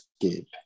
escape